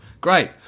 great